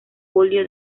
óleo